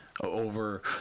over